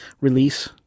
release